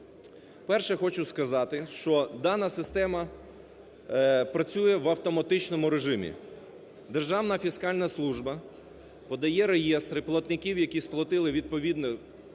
Перше хочу сказати, що дана система працює в автоматичному режимі. Державна фіскальна служба подає реєстри платників, які сплатили відповідні